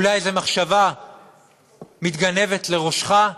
אולי איזו מחשבה מתגנבת לראשך,